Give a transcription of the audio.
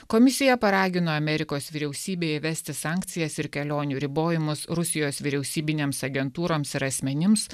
komisija paragino amerikos vyriausybę įvesti sankcijas ir kelionių ribojimus rusijos vyriausybinėms agentūroms ir asmenims